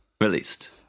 released